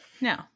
No